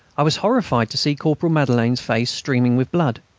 i was horrified to see corporal madelaine's face streaming with blood.